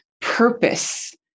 purpose